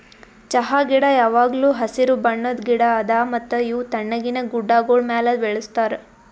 ಚಹಾ ಗಿಡ ಯಾವಾಗ್ಲೂ ಹಸಿರು ಬಣ್ಣದ್ ಗಿಡ ಅದಾ ಮತ್ತ ಇವು ತಣ್ಣಗಿನ ಗುಡ್ಡಾಗೋಳ್ ಮ್ಯಾಲ ಬೆಳುಸ್ತಾರ್